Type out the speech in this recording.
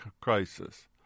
crisis